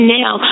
now